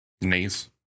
Knees